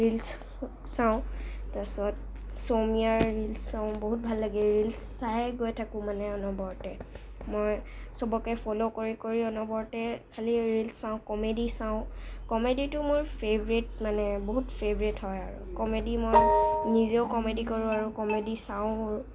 reels চাওঁ তাৰপিছত চোমিয়াৰ ৰিলচ চাওঁ বহুত ভাল লাগে ৰিলচ চায়ে গৈ থাকোঁ মানে অনবৰতে মই চবকে ফলো কৰি কৰি অনবৰতে খালী ৰিলচ চাওঁ কমেডি চাওঁ কমেডিটো মোৰ ফেভৰেট মানে বহুত ফেভৰেট হয় আৰু কমেডি মই নিজেও কমেডি কৰোঁ আৰু কমেডি চাওঁও